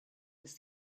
was